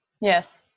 yes